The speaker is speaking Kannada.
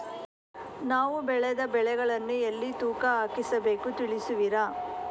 ನಾವು ಬೆಳೆದ ಬೆಳೆಗಳನ್ನು ಎಲ್ಲಿ ತೂಕ ಹಾಕಿಸಬೇಕು ತಿಳಿಸುವಿರಾ?